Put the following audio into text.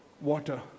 water